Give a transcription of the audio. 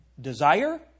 desire